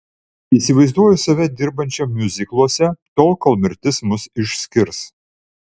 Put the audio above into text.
įsivaizduoju save dirbančią miuzikluose tol kol mirtis mus išskirs